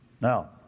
Now